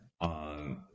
on